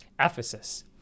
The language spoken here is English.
Ephesus